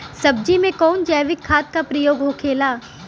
सब्जी में कवन जैविक खाद का प्रयोग होखेला?